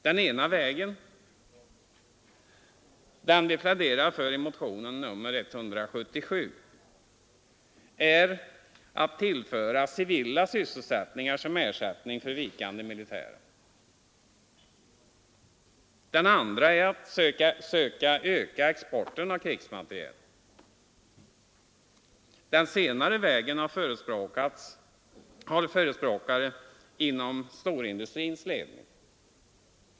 Den ena vägen — den vi pläderar för i motionen 177 — är att tillföra civila sysselsättningar som ersättning för vikande militära. Den andra är att försöka öka exporten av krigsmateriel. Den senare vägen har förespråkare inom storindustrins ledning.